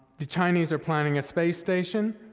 the chinese are planning a space station,